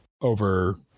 over